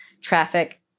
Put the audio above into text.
traffic